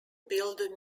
billed